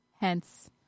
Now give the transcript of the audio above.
Hence